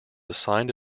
assigned